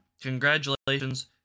Congratulations